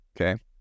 Okay